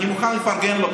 אני מוכן לפרגן לו,